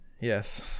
yes